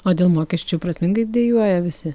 o dėl mokesčių prasmingai dejuoja visi